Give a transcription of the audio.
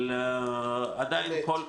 אמת.